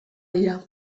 dira